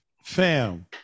fam